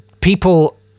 people